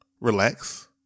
relax